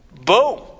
Boom